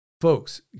Folks